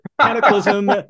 Cataclysm